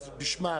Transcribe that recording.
אז בשמה,